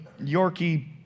Yorkie